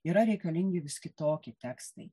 yra reikalingi vis kitokie tekstai